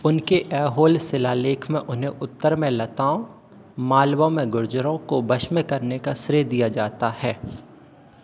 उनके एहोल शिलालेख में उन्हें उत्तर में लताओं मालवों में गुर्ज़रों को वश में करने का श्रेय दिया जाता है